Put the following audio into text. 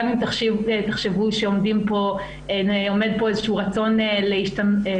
גם אם תחשבו שעומד פה איזשהו רצון להשתלטות.